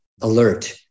alert